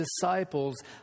disciples